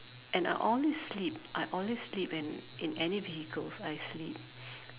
and I always sleep I always sleep in in any vehicles I sleep